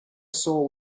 saw